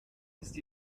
ist